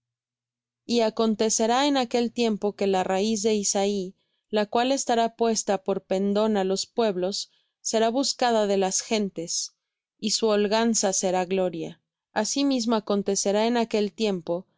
y acontecerá en aquel tiempo que la raíz de isaí la cual estará puesta por pendón á los pueblos será buscada de las gentes y su holganza será gloria asimismo acontecerá en aquel tiempo que